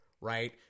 right